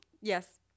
Yes